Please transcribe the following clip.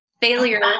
failure